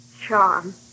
Charm